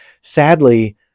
Sadly